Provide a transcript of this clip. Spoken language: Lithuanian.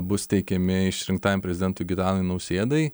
bus teikiami išrinktajam prezidentui gitanui nausėdai